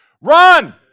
Run